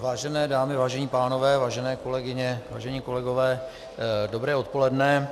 Vážené dámy, vážení pánové, vážené kolegyně, vážení kolegové, dobré odpoledne.